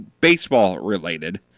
baseball-related